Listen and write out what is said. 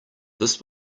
this